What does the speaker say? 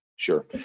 sure